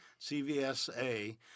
CVSA